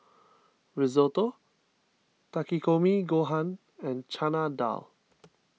Risotto Takikomi Gohan and Chana Dal